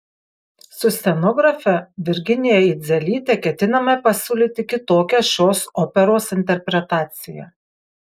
su scenografe virginija idzelyte ketiname pasiūlyti kitokią šios operos interpretaciją